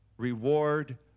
Reward